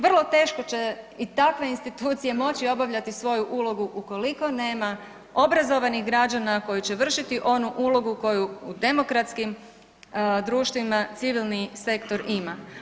Vrlo teško će i takve institucije moći obavljati svoju ulogu ukoliko nema obrazovanih građana koji će vršiti onu ulogu koju u demokratskim društvima civilni sektor ima.